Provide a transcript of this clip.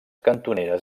cantoneres